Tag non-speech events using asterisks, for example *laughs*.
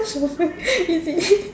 ask your friend *laughs* is it